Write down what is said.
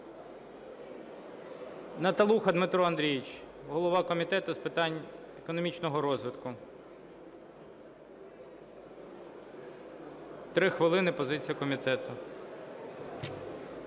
Наталуха Дмитро Андрійович – голова Комітету з питань економічного розвитку. 3 хвилини, позиція комітету.